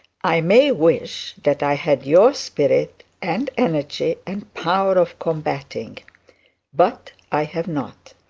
i may wish that i had your spirit and energy and power of combatting but i have not.